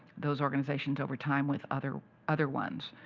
those organizations over time with other other ones.